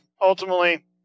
ultimately